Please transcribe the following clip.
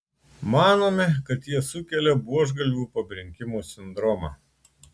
manome kad jie sukelia buožgalvių pabrinkimo sindromą